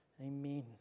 Amen